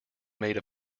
made